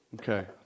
Okay